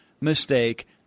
mistake